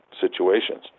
situations